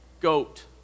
goat